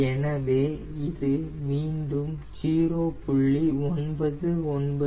எனவே இது மீண்டும் 0